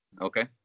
Okay